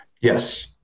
Yes